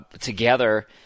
together